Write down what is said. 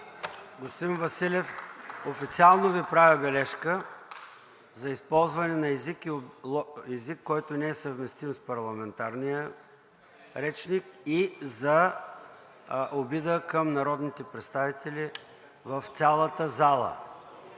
Господин Василев, официално Ви правя бележка за използване на език, който не е съвместим с парламентарния речник и за обида към народните представители в цялата зала.